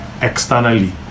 externally